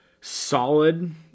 solid